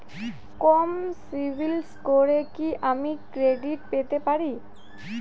কম CIBIL স্কোরে কি আমি ক্রেডিট পেতে পারি?